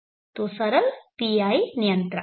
तो सरल PI नियंत्रक